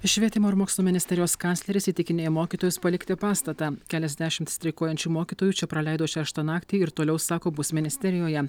švietimo ir mokslo ministerijos kancleris įtikinėja mokytojus palikti pastatą keliasdešimt streikuojančių mokytojų čia praleido šeštą naktį ir toliau sako bus ministerijoje